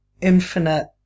infinite